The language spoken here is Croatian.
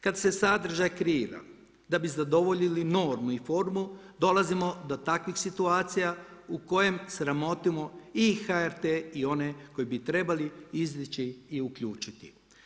Kada se sadržaj kreira da bi zadovoljili normu i formu dolazimo do takvih situacija u kojem sramotimo i HRT i one koji bi trebali izići i uključiti.